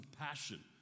passion